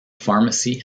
pharmacy